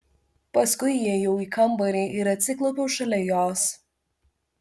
paskui įėjau į kambarį ir atsiklaupiau šalia jos